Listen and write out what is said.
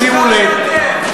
שימו לב,